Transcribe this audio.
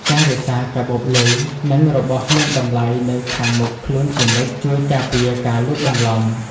ការរក្សាកាបូបលុយ និងរបស់មានតម្លៃនៅខាងមុខខ្លួនជានិច្ច ជួយការពារការលួចបន្លំ។